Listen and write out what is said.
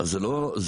אז זה לא בדיוק.